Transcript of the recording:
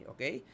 Okay